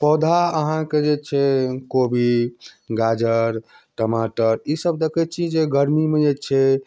पौधा अहाँ के जे छै कोबी गाजर टमाटर ई सब देखै छी जे गर्मी मे जे छै